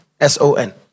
S-O-N